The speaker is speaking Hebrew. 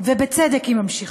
ובצדק היא ממשיכה.